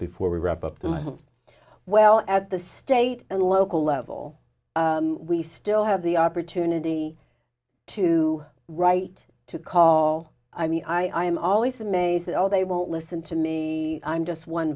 before we wrap up the well at the state and local level we still have the opportunity to right to call i mean i am always amazed at all they won't listen to me i'm just one